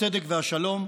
הצדק והשלום,